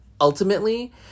ultimately